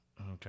Okay